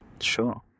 Sure